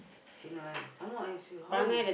some more as you how you